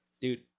Dude